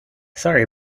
sorry